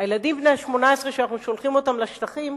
הילדים בני ה-18 שאנחנו שולחים לשטחים,